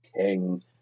King